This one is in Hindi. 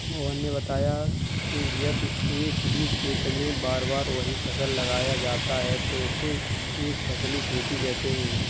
मोहन ने बताया कि यदि एक ही खेत में बार बार वही फसल लगाया जाता है तो उसे एक फसलीय खेती कहते हैं